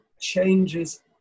changes